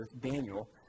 Daniel